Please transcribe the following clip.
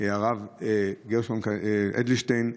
הרב גרשון אדלשטיין,